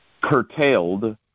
curtailed